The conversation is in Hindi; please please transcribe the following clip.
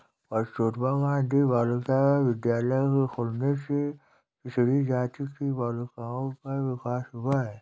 कस्तूरबा गाँधी बालिका विद्यालय के खुलने से पिछड़ी जाति की बालिकाओं का विकास हुआ है